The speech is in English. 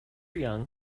young